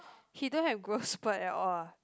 he don't have growth spurt at all ah